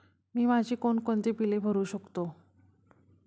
मी माझी कोणकोणती बिले भरू शकतो?